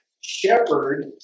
shepherd